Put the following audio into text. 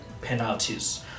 penalties